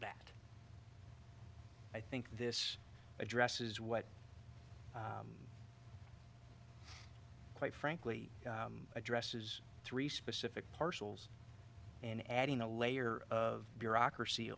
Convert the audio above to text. that i think this addresses what quite frankly addresses three specific parcels and adding a layer of bureaucracy